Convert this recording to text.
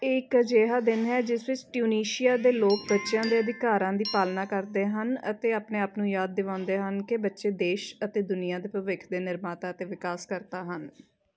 ਇਹ ਇੱਕ ਅਜਿਹਾ ਦਿਨ ਹੈ ਜਿਸ ਵਿੱਚ ਟਿਊਨੀਸ਼ੀਆ ਦੇ ਲੋਕ ਬੱਚਿਆਂ ਦੇ ਅਧਿਕਾਰਾਂ ਦੀ ਪਾਲਣਾ ਕਰਦੇ ਹਨ ਅਤੇ ਆਪਣੇ ਆਪ ਨੂੰ ਯਾਦ ਦਿਵਾਉਂਦੇ ਹਨ ਕਿ ਬੱਚੇ ਦੇਸ਼ ਅਤੇ ਦੁਨੀਆ ਦੇ ਭਵਿੱਖ ਦੇ ਨਿਰਮਾਤਾ ਅਤੇ ਵਿਕਾਸਕਰਤਾ ਹਨ